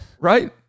Right